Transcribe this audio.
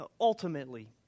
Ultimately